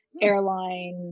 airline